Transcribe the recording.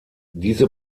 diese